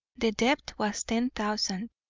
the debt was ten thousand